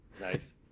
Nice